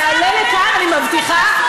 אני אעלה לכאן, אני מבטיחה.